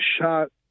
shot